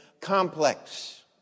complex